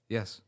Yes